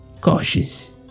cautious